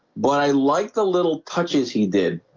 but i like the little touches he did